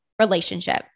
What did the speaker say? relationship